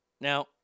Now